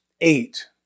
eight